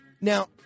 Now